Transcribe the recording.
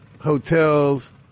Hotels